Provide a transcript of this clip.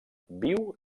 viu